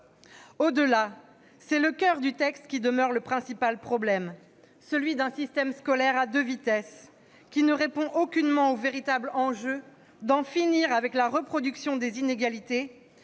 Au-delà, c'est le coeur du texte qui demeure le principal problème : notre système scolaire à deux vitesses ne répond aucunement au véritable enjeu, qui est d'en finir avec la reproduction des inégalités